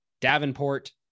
Davenport